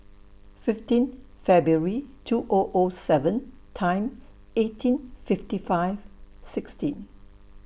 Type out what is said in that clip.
fifteen February two O O seven Time eighteen fifty five sixteen